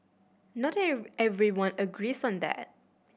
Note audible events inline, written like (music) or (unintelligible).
not (unintelligible) everyone agrees on that